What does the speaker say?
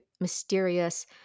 mysterious